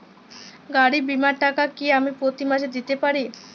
গাড়ী বীমার টাকা কি আমি প্রতি মাসে দিতে পারি?